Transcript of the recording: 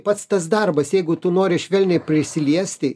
pats tas darbas jeigu tu nori švelniai prisiliesti